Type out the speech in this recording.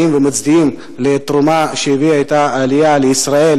מודעים ומצדיעים לתרומה שהביאה אתה העלייה לישראל.